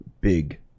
big